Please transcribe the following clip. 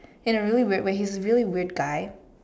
in a really weird way he was a really guy